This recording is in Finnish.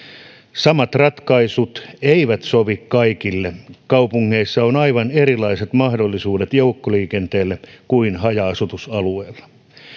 samat ratkaisut eivät sovi kaikille kaupungeissa on aivan erilaiset mahdollisuudet joukkoliikenteelle kuin haja asutusalueilla